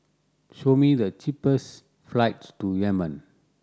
show me the cheapest flights to Yemen